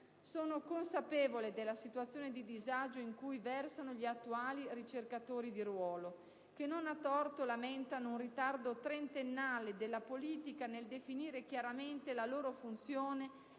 Sono consapevole della situazione di disagio in cui versano gli attuali ricercatori di ruolo, che non a torto lamentano un ritardo trentennale della politica nel definire chiaramente la loro funzione